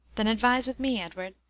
then advise with me, edward,